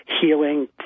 healing